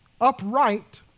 upright